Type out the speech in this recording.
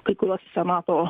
kai kuriuos senato